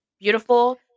Beautiful